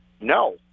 no